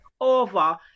over